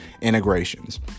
integrations